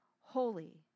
holy